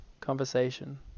conversation